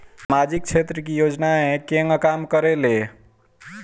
सामाजिक क्षेत्र की योजनाएं केगा काम करेले?